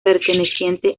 perteneciente